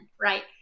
right